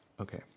Okay